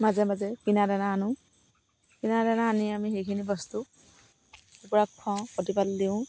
মাজে মাজে কিনা দানা আনোঁ কিনা দানা আনি আমি সেইখিনি বস্তু কুকুৰাক খুৱাওঁ প্ৰতিপাল দিওঁ